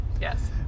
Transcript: yes